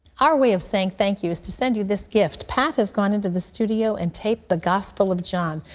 our way of saying thank you is to send you this gift. pat has gone into the studio and taped the gospel of john.